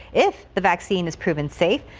if the vaccine has proven safe.